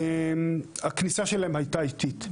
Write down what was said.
הכניסה שלהם הייתה איטית.